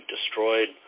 destroyed